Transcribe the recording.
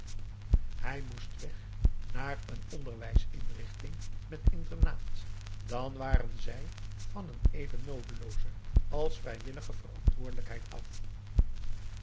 hij moest weg naar een onderwijsinrichting met internaat dan waren zij van een even noodelooze als vrijwillige verantwoordelijkheid af